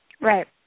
Right